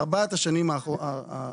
בארבע השנים הראשונות